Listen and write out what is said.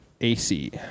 AC